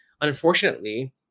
unfortunately